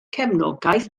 cefnogaeth